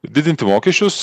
didinti mokesčius